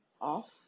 off